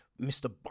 Mr